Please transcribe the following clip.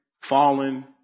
fallen